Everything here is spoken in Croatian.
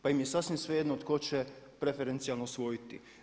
Pa im je sasvim svejedno tko će preferencijalno osvojiti.